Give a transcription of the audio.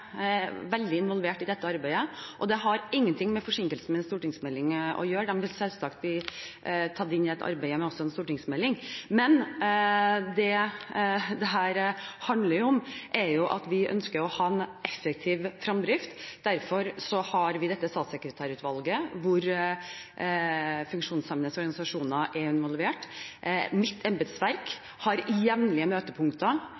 veldig involvert i dette arbeidet. Dette har ingenting med forsinkelser i forbindelse med en stortingsmelding å gjøre. De ville selvsagt også blitt tatt med i arbeidet med en stortingsmelding. Det dette handler om, er at vi ønsker å ha en effektiv framdrift. Derfor har vi dette statssekretærutvalget, der funksjonshemmedes organisasjoner er involvert. Mitt